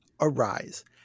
arise